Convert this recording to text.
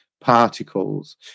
particles